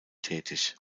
tätig